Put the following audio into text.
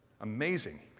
Amazing